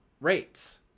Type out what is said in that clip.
rates